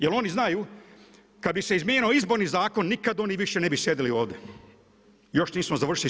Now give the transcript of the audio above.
Jel oni znaju kada bi se izmijenio Izborni zakon nikad oni više ne bi sjedili ovdje i još nismo završili s